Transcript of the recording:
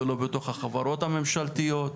לא בתוך החברות הממשלתיות,